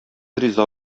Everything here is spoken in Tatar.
риза